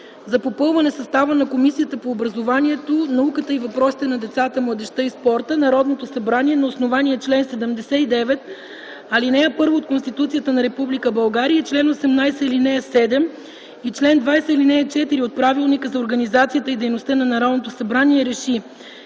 за попълване на състава на Комисията по образованието, науката и въпросите на децата, младежта и спорта Народното събрание, на основание чл. 79, ал. 1 от Конституцията на Република България и чл. 18, ал. 7 и чл. 20, ал. 4 от Правилника за организацията и дейността на Народното събрание,